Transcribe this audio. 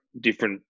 different